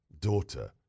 daughter